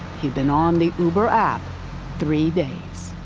he'd been on the uber app three days.